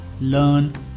learn